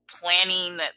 planning